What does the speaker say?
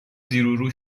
زیرورو